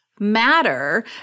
matter